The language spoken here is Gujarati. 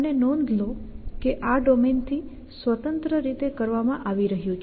અને નોંધ લો કે આ ડોમેન થી સ્વતંત્ર રીતે કરવામાં આવી રહ્યું છે